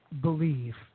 believe